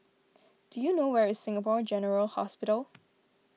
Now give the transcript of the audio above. do you know where is Singapore General Hospital